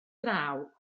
draw